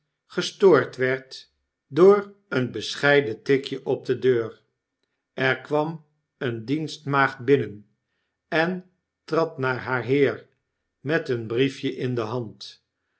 gestoord werd door een bescheiden tikje op de deur er kwam eene dienstmaagd binnen en trad naar haar heer met een briefje in de hand